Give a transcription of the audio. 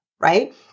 right